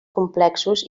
complexos